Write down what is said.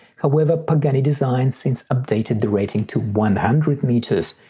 however pagani design since updated the rating to one hundred meters,